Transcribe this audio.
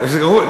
שד.